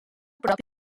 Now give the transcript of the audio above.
propi